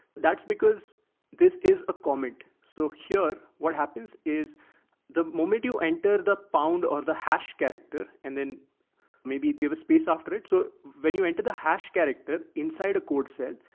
that's because this is a comment. so here what happens is the moment you enter the pound or the hash character, and then maybe give a space after it, so when you enter the hash character inside a code cell,